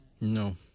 No